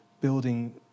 building